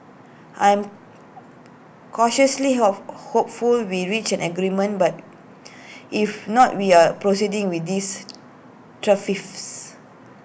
I'm cautiously hope hopeful we reach an agreement but if not we are proceeding with these